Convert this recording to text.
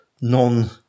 non